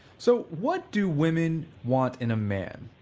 so, what do women want in a man?